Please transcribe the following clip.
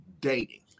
dating